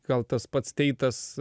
gal tas pats teitas